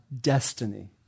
destiny